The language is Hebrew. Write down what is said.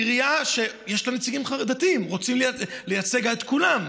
עירייה שיש לה נציגים דתיים, רוצים לייצג את כולם,